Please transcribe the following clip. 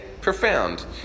profound